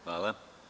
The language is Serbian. Hvala.